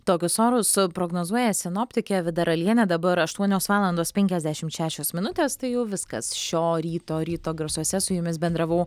tokius orus prognozuoja sinoptikė vida ralienė dabar aštuonios valandos penkiasdešim šešios minutės tai jau viskas šio ryto ryto garsuose su jumis bendravau